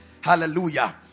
Hallelujah